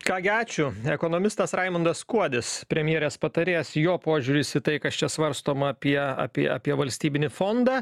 ką gi ačiū ekonomistas raimundas kuodis premjerės patarėjas jo požiūris į tai kas čia svarstoma apie apie apie valstybinį fondą